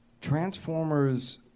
Transformers